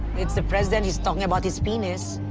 it's the president, he's talking about his penis,